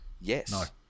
yes